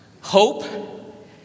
hope